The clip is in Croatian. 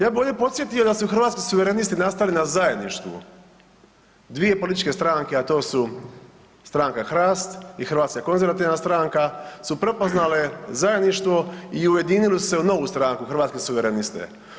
Ja bih ovdje podsjetio da su Hrvatski suverenisti nastali na zajedništvu, dvije političke stranke, a to su stranka HRAST i Hrvatska konzervativna stranka su prepoznale zajedništvo i ujedinile su se u novu stranku Hrvatske suvereniste.